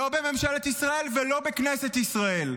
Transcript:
לא בממשלת ישראל, ולא בכנסת ישראל.